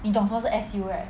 你懂什么是 S_U right